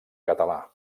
català